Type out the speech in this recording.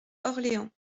orléans